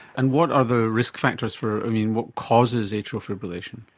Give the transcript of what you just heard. and what are the risk factors for, what causes atrial fibrillation?